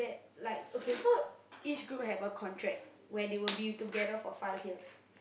like okay so each group have a contract where they will be together for five years